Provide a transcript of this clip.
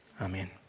Amen